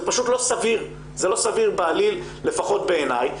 זה פשוט לא סביר בעליל, לפחות בעיניי.